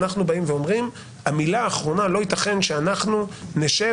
אנחנו באים ואומרים שלא ייתכן שאנחנו נשב